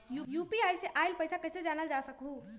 UPI से आईल पैसा कईसे जानल जा सकहु?